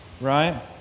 right